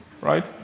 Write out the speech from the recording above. right